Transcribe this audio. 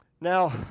Now